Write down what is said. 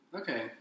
Okay